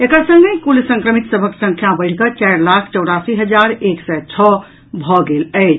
एकर संगहि कुल संक्रमित सभक संख्या बढ़िकऽ चारि लाख चौरासी हजार एक सय छओ भऽ गेल अछि